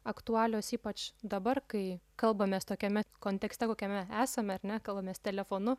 aktualios ypač dabar kai kalbamės tokiame kontekste kokiame esame ar ne kalbamės telefonu